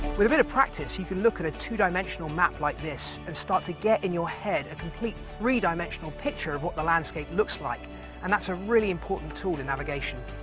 with a bit of practice you can look at a two-dimensional map like this and start to get in your head a complete three-dimensional picture of what the landscape looks like and that's a really important tool in navigation.